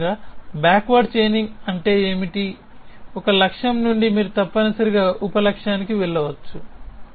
ముఖ్యంగా backward chaining ఏమిటంటే ఒక లక్ష్యం నుండి మీరు తప్పనిసరిగా ఉప లక్ష్యానికి వెళ్ళవచ్చు